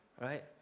right